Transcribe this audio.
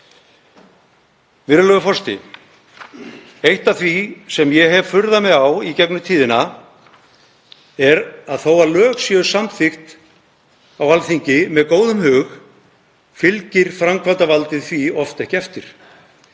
Virðulegur forseti. Eitt af því sem ég hef furðað mig á í gegnum tíðina er að þó að lög séu samþykkt á Alþingi með góðum hug fylgir framkvæmdarvaldið því oft ekki eftir.